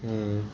हुँ